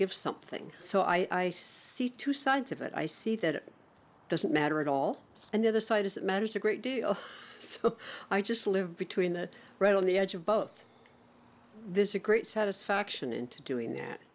give something so i see two sides of it i see that it doesn't matter at all and the other side is it matters a great deal i just live between the right on the edge of both there's a great satisfaction in to doing that